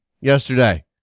yesterday